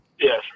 yes